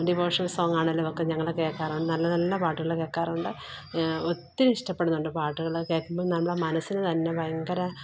devotional സോങ്ങാണേലും ഒക്കെ ഞങ്ങൾ കേള്ക്കാറുണ്ട് നല്ല നല്ല പാട്ടുകൾ കേള്ക്കാറുണ്ട് ഒത്തിരി ഇഷ്ടപ്പെടുന്നുണ്ട് പാട്ടുകളൊക്കെ കേൾക്കുമ്പം നമ്മുടെ മനസിന് തന്നെ ഭയങ്കര